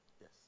Yes